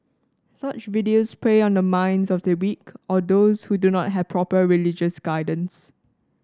such videos prey on the minds of the weak or those who do not have proper religious guidance